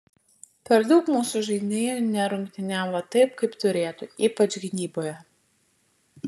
per daug mūsų žaidėjų nerungtyniavo taip kaip turėtų ypač gynyboje